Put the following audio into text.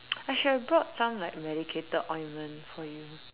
I should have brought some like medicated ointment for you